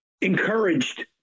encouraged